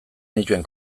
nituen